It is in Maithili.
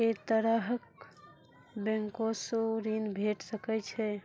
ऐ तरहक बैंकोसऽ ॠण भेट सकै ये?